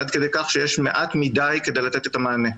עד כדי כך שיש מעט מדי כדי לתת את המענה.